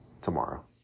tomorrow